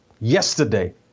yesterday